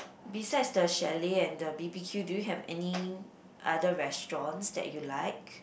besides the chalet and the B_B_Q do you have any other restaurants that you like